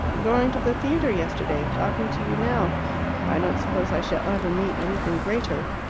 going to the theatre yesterday, talking to you now i don't suppose i shall ever meet anything greater.